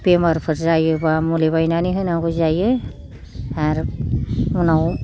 बेरामफोर जायोब्ला मुलि बायनानै होनांगौ जायो आरो उनाव